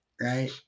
right